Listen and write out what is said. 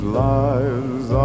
lives